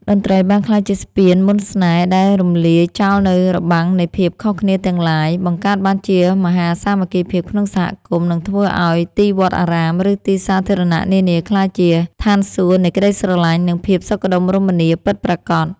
តន្ត្រីបានក្លាយជាស្ពានមន្តស្នេហ៍ដែលរំលាយចោលនូវរបាំងនៃភាពខុសគ្នាទាំងឡាយ បង្កើតបានជាមហាសាមគ្គីភាពក្នុងសហគមន៍ និងធ្វើឱ្យទីវត្តអារាម ឬទីសាធារណៈនានាក្លាយជាឋានសួគ៌នៃក្តីស្រឡាញ់ និងភាពសុខដុមរមនាពិតប្រាកដ។